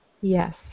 yes